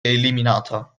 eliminata